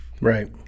Right